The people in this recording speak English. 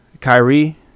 Kyrie